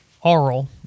aural